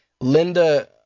Linda